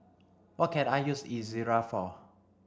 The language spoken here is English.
what can I use Ezerra for